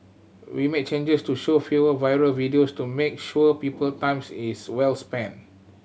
we made changes to show fewer viral videos to make sure people times is well spent